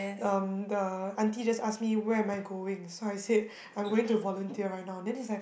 um the auntie just ask me where am I going so I said I'm going to volunteer right now then he's like